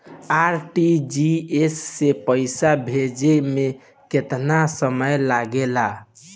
RTGS से पैसा भेजे में केतना समय लगे ला?